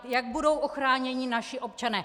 Jak budou ochráněni naši občané?